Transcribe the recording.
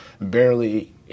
barely